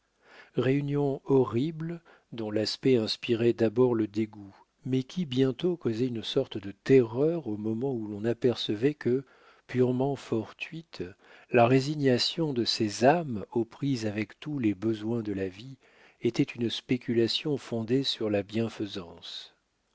réunion horrible dont l'aspect inspirait d'abord le dégoût mais qui bientôt causait une sorte de terreur au moment où l'on apercevait que purement fortuite la résignation de ces âmes aux prises avec tous les besoins de la vie était une spéculation fondée sur la bienfaisance